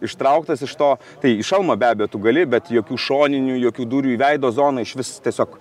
ištrauktas iš to tai šalmą be abejo tu gali bet jokių šoninių jokių dūrių į veido zoną išvis tiesiog